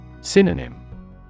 Synonym